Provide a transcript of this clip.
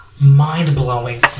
mind-blowing